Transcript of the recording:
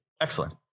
Excellent